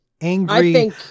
angry